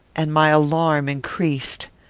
and my alarm increased.